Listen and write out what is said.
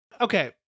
Okay